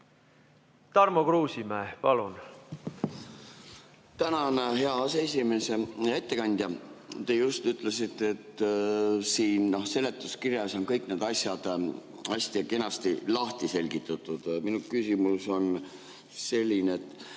Tarmo Kruusimäe, palun!